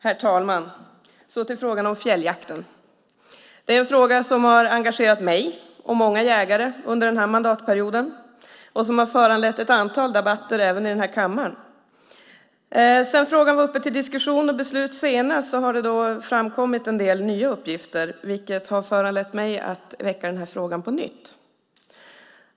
Herr talman! Så till frågan om fjälljakten. Det är en fråga som har engagerat mig och många jägare under den här mandatperioden och som har föranlett ett antal debatter även i denna kammare. Sedan frågan var uppe till diskussion och beslut senast har det framkommit en del nya uppgifter, vilket har föranlett mig att väcka frågan på nytt.